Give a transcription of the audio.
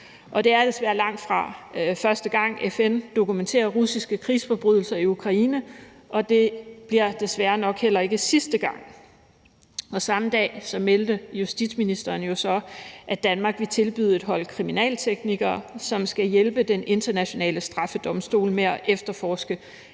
det er desværre langt fra første gang, at FN dokumenterer russiske krigsforbrydelser i Ukraine, og det bliver desværre nok heller ikke sidste gang. Samme dag meldte justitsministeren jo så, at Danmark vil tilbyde et hold kriminalteknikere, som skal hjælpe den internationale straffedomstol med at efterforske